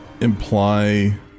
imply